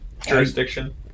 Jurisdiction